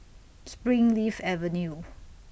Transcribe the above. Springleaf Avenue